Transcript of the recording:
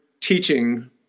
teaching